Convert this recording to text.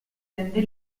tende